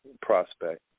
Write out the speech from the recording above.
prospect